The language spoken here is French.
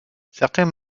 certains